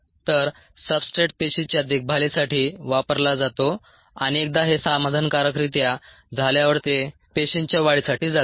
तर सब्सट्रेट पेशीच्या देखभालीसाठी वापरला जातो आणि एकदा हे समाधानकारकरित्या झाल्यावर ते पेशींच्या वाढीसाठी जाते